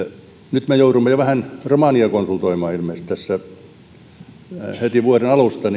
nyt me joudumme jo vähän romaniaa konsultoimaan ilmeisesti heti vuoden alusta